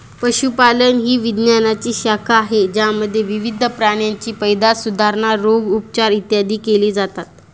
पशुपालन ही विज्ञानाची शाखा आहे ज्यामध्ये विविध प्राण्यांची पैदास, सुधारणा, रोग, उपचार, इत्यादी केले जाते